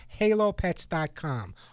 halopets.com